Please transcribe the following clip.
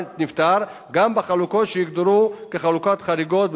נפטר גם בחלקות שיוגדרו כחלקות חריגות בבית-העלמין.